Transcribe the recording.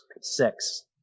six